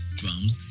drums